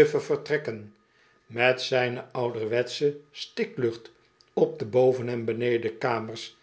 vertrekken met zijne ouderwetsche stiklucht op de boven en benedenkamers